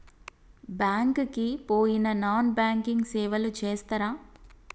Bank కి పోయిన non banking సేవలు చేస్తరా?